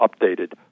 updated